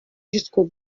jusqu’au